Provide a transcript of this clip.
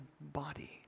body